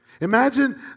Imagine